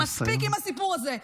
מספיק עם הסיפור הזה.